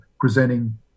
presenting